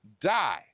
die